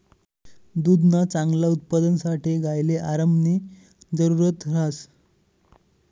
दुधना चांगला उत्पादनसाठे गायले आरामनी जरुरत ह्रास